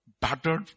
battered